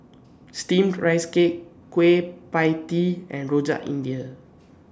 Steamed Rice Cake Kueh PIE Tee and Rojak India